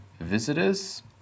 visitors